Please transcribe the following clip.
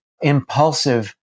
impulsive